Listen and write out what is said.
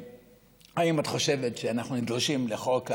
האם את חושבת שאנחנו נדרשים לחוק הלאום,